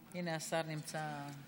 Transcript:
הינה, השר גלנט נמצא.